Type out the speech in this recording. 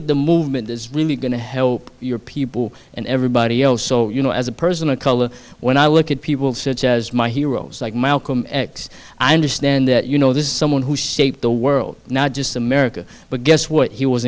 at the movement is really going to help your people and everybody else so you know as a person of color when i look at people such as my heroes like malcolm x i understand that you know this is someone who shaped the world not just america but guess what he was